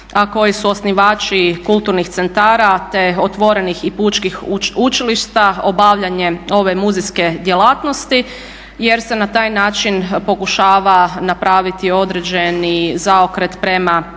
a koje su osnivači kulturnih centara te otvorenih i pučkih učilišta obavljanje ove muzejske djelatnosti jer se na taj način pokušava napraviti određeni zaokret prema